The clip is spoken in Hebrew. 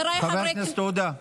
חבר הכנסת עודה,